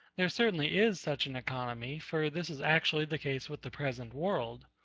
there certainly is such an economy for this is actually the case with the present world.